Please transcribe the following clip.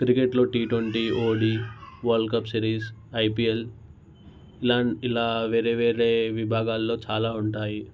క్రికెట్లో T twenty ODI world cup series IPL ఇలా ఇలా వేరే వేరే విభాగాల్లో చాలా ఉంటాయి